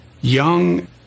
young